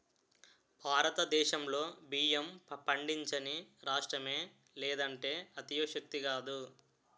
భారతదేశంలో బియ్యం పండించని రాష్ట్రమే లేదంటే అతిశయోక్తి కాదు